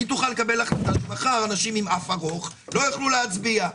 היא תוכל לקבל החלטה שמחר אנשים עם אף ארוך לא יוכלו להצביע.